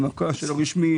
במוכר שאינו רשמי,